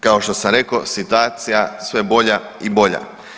Kao što sam rekao situacija sve bolja i bolja.